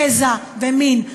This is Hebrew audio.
גזע ומין.